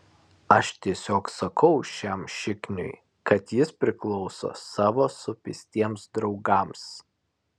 aš tiesiog sakau šiam šikniui kad jis priklauso savo supistiems draugams